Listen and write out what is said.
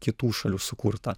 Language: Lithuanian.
kitų šalių sukurta